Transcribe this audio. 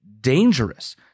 dangerous